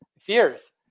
fears